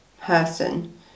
person